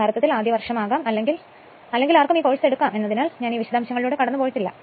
യഥാർത്ഥത്തിൽ ആദ്യ വർഷമാകാം അല്ലെങ്കിൽ ആർക്കും ഈ കോഴ്സ് എടുക്കാം എന്നതിനാൽ ഞാൻ വിശദാംശങ്ങളിലൂടെ കടന്നുപോയിട്ടില്ല